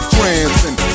Transcend